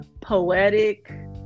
poetic